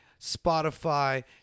Spotify